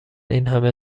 اینهمه